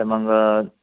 तर मग